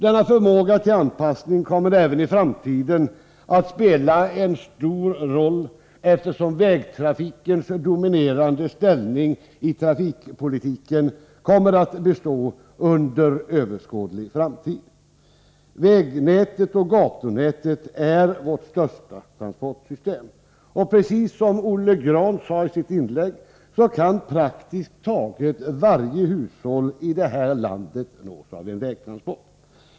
Denna förmåga till anpassning kommer även i framtiden att spela en stor roll, eftersom vägtrafikens dominerande ställning i trafikpolitiken kommer att bestå under överskådlig framtid. Vägnätet och gatunätet är vårt största transportsystem, och precis som Olle Grahn sade i sitt inlägg kan praktiskt taget varje hushåll i det här landet nås av en vägtransport.